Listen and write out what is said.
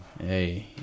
Hey